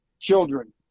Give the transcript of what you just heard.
Children